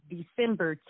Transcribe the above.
December